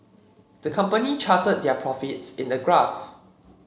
the company charted their profits in a graph